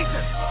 Jesus